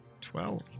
Twelve